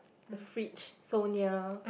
the fridge so near